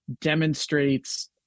demonstrates